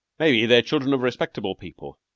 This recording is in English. maybe they're children of respectable people.